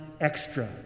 extra